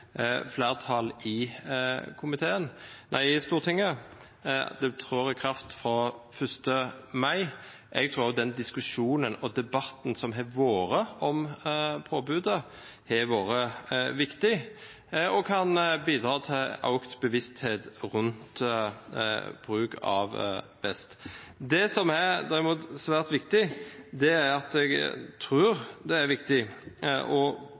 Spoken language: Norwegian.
flertall i Stortinget. Det trår i kraft fra 1. mai. Jeg tror den debatten som har vært om påbudet, har vært viktig, og kan bidra til økt bevissthet rundt bruk av vest. Jeg tror det er viktig